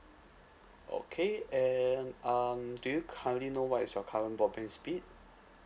okay and um do you currently know what is your current broadband speed